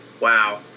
Wow